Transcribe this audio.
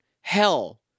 Hell